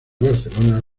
barcelona